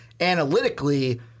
analytically –